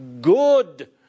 good